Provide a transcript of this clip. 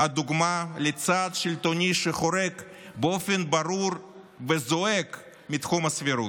הדוגמה לצעד שלטוני שחורג באופן ברור וזועק מתחום הסבירות.